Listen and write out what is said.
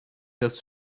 das